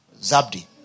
Zabdi